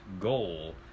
goal